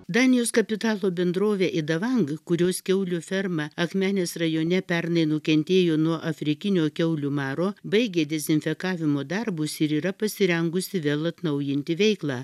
danijos kapitalo bendrovė idavang kurios kiaulių ferma akmenės rajone pernai nukentėjo nuo afrikinio kiaulių maro baigė dezinfekavimo darbus ir yra pasirengusi vėl atnaujinti veiklą